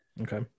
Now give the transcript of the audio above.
Okay